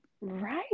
Right